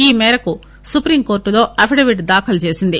ఈ మేరకు సుప్రీంకోర్లులో అఫిడవిట్ దాఖలు చేసింది